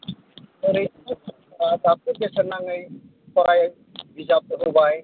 ओरैनो दाथ' बेसेन नाङै फराय बिजाब होबाय